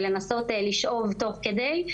ולנסות לשאוב תוך כדי,